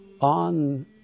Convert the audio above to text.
on